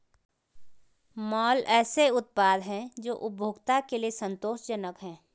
माल ऐसे उत्पाद हैं जो उपभोक्ता के लिए संतोषजनक हैं